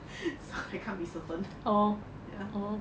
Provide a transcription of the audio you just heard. so I can't be certain ya